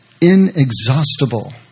inexhaustible